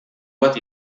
bat